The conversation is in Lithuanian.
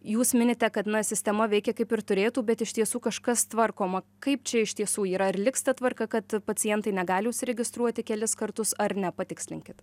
jūs minite kad na sistema veikia kaip ir turėtų bet iš tiesų kažkas tvarkoma kaip čia iš tiesų yra ar liks ta tvarka kad pacientai negali užsiregistruoti kelis kartus ar ne patikslinkit